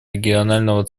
регионального